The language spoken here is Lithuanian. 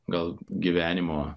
gal gyvenimo